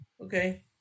Okay